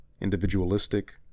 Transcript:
individualistic